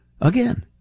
again